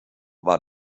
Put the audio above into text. war